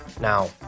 now